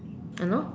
uh no